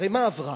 הרי מה עברה?